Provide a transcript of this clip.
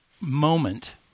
moment